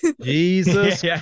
Jesus